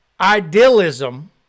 idealism